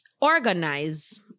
organize